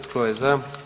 Tko je za?